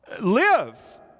Live